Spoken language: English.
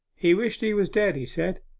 he wished he was dead, he said,